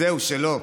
אז זהו, שלא.